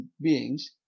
beings